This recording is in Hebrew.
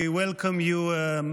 We welcome you,